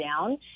down